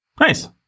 Nice